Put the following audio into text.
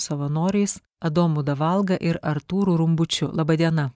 savanoriais adomui davalga ir artūru rumbučiu laba diena